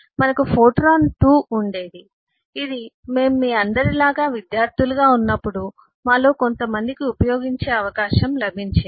మనకు ఫోర్ట్రాన్ 2 ఉండేది ఇది మేము మీ అందరిలాగా విద్యార్థులుగా ఉన్నప్పుడు మాలో కొంతమందికి ఉపయోగించే అవకాశం లభించింది